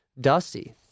Dusty